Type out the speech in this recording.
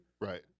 Right